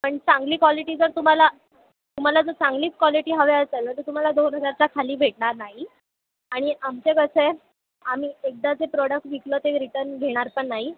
पण चांगली कॉलिटी जर तुम्हाला तुम्हाला जर चांगलीच कॉलिटी हवी असेल ना तर तुम्हाला दोन हजारच्या खाली भेटणार नाही आणि आमचं कसं आहे आम्ही एकदा जे प्रोडक् विकलं ते रिटन घेणार पण नाही